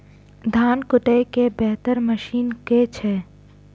धान कुटय केँ बेहतर मशीन केँ छै?